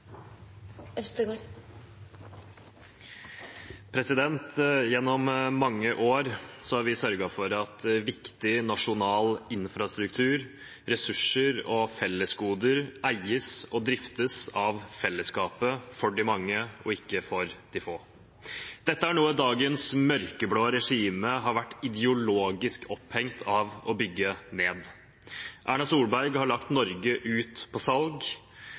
fra. Gjennom mange år har vi sørget for at viktig nasjonal infrastruktur, ressurser og fellesgoder eies og driftes av fellesskapet – for de mange og ikke for de få. Dette er noe dagens mørkeblå regime har vært ideologisk opphengt i å bygge ned. Erna Solberg har lagt Norge ut på